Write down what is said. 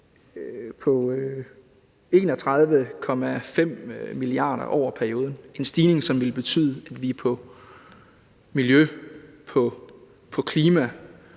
på 31,5 mia. kr. over perioden og en stigning, som ville betyde, at vi på miljøområdet,